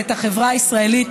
ואת החברה הישראלית,